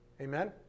Amen